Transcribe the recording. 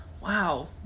wow